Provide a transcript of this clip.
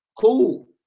cool